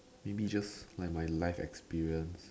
maybe just like my life experience